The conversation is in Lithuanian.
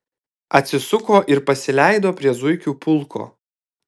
atsisuko ir pasileido prie zuikių pulko